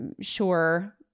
sure